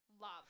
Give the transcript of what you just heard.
love